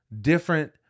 different